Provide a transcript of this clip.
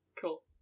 Cool